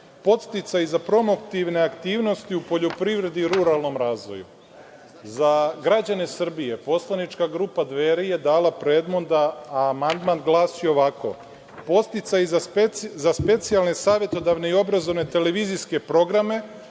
podsticaji za promotivne aktivnosti u poljoprivredi i ruralnom razvoju. Za građane Srbije poslanička grupa Dveri je dala predlog da amandman glasi ovako: „Podsticaji za specijalne savetodavne i obrazovne televizijske programe,